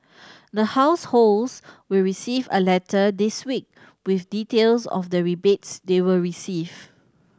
the households will receive a letter this week with details of the rebates they will receive